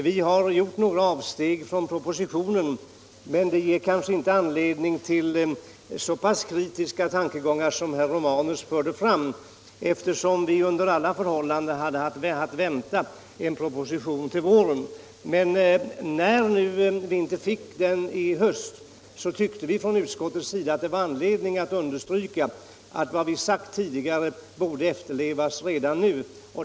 Vi har gjort några avsteg från propositionen, men det ger kanske inte anledning till så kritiska tankegångar som herr Romanus förde fram, eftersom vi under alla förhållanden hade att vänta en proposition till våren. När vi nu inte fick den i höst tyckte vi i utskottet att det fanns anledning att understryka, att vad vi sagt tidigare borde efterlevas redan nu.